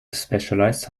specialized